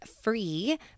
free